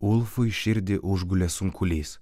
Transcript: ulfui širdį užgulė sunkulys